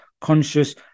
conscious